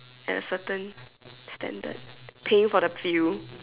at a certain standard paying for the view